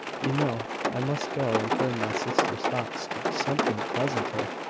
you know i must go and turn my sister's thoughts to something pleasanter.